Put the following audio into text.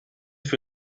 für